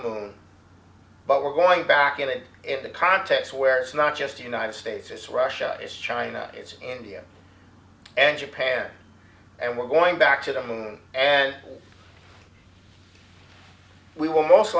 moon but we're going back in and in the context where it's not just the united states it's russia is china it's india and japan and we're going back to them and we will most